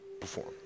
perform